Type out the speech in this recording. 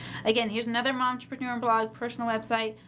again, here's another momtrepreneur and blog personal website,